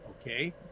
Okay